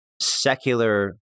secular